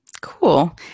Cool